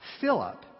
Philip